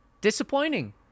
Disappointing